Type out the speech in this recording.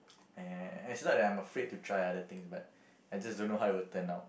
I I I is not that I am afraid to try other things but I just don't know how it will turn out